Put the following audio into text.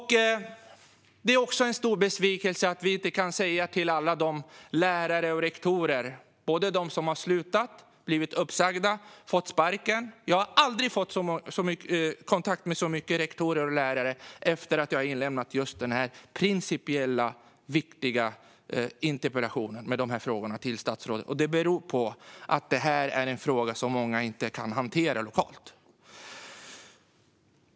Det är också en stor besvikelse att vi inte kan säga något till alla lärare och rektorer. Det gäller dem som har slutat, blivit uppsagda eller fått sparken. Jag har aldrig fått kontakt med så många rektorer och lärare som efter när jag lämnat in denna principiellt viktiga interpellation med frågorna till statsrådet. Det beror på att detta är en fråga som många inte kan hantera lokalt.